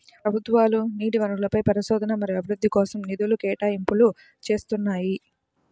ప్రభుత్వాలు నీటి వనరులపై పరిశోధన మరియు అభివృద్ధి కోసం నిధుల కేటాయింపులు చేస్తున్నాయి